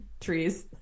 trees